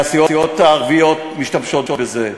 מהסיעות הערביות משתמשים בזה.